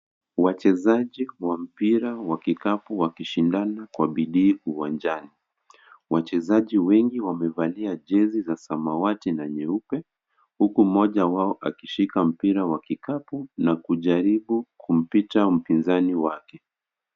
Wachezaji wa mpira wa kikapu wakishindana kwa bidii uwanjani. Wachezaji wengi wamevalia jezi za samawati na nyeupe, huku mmoja wao akishika mpira wa kikapu na kujaribu kumpita mpinzani wake.